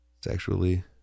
sexually